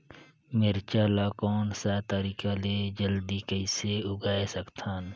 मिरचा ला कोन सा तरीका ले जल्दी कइसे उगाय सकथन?